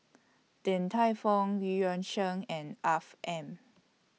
Din Tai Fung EU Yan Sang and Afiq M